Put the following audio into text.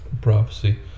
Prophecy